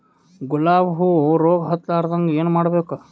ಗುಲಾಬ್ ಹೂವು ರೋಗ ಹತ್ತಲಾರದಂಗ ಏನು ಮಾಡಬೇಕು?